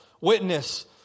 witness